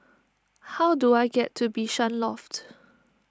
how do I get to Bishan Loft